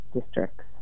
districts